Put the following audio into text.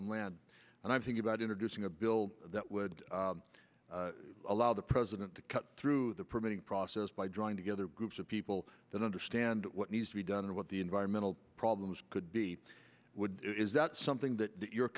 below land and i'm thinking about introducing a bill that would allow the president to cut through the permitting process by drawing together groups of people that understand what needs to be done and what the environmental problems could be would is that something that you're